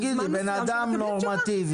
על בן אדם נורמטיבי.